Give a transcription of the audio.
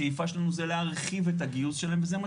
השאיפה שלנו היא להרחיב את הגיוס שלהם וזה מה